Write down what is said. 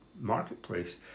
marketplace